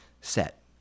set